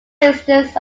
instance